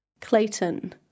Clayton